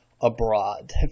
abroad